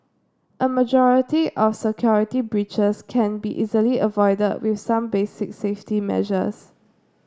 a majority of security breaches can be easily avoided with some basic safety measures